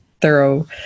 thorough